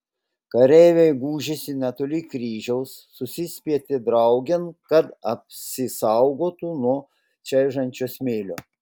kareiviai gūžėsi netoli kryžiaus susispietė draugėn kad apsisaugotų nuo čaižančio smėlio